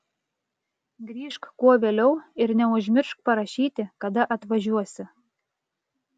grįžk kuo vėliau ir neužmiršk parašyti kada atvažiuosi